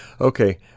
Okay